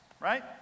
right